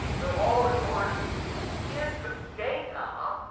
so all the course in data,